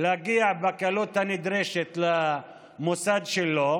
להגיע בקלות הנדרשת למוסד שלו,